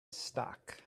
stock